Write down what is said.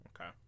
Okay